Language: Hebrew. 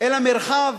אל המרחב,